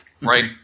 right